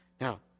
Now